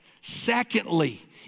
Secondly